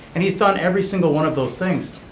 and he's done every single one of those things.